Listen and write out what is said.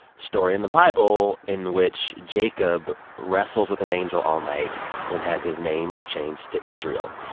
story in the bible in which jacob wrestles with an angel all night and has his name changed to israel.